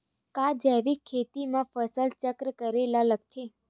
का जैविक खेती म फसल चक्र करे ल लगथे?